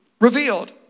revealed